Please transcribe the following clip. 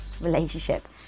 relationship